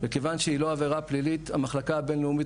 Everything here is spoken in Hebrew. ומכיוון שהיא לא עבירה פלילית המחלקה הבינלאומית